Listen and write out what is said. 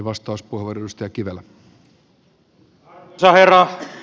arvoisa herra puhemies